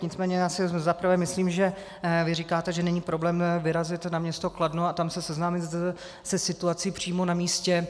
Nicméně za prvé si myslím, že vy říkáte, že není problém vyrazit na město Kladno a tam se seznámit se situací přímo na místě.